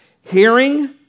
hearing